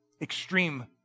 extreme